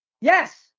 Yes